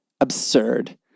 absurd